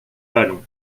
vallon